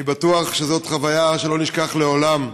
אני בטוח שזאת חוויה שלא נשכח לעולם.